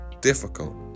difficult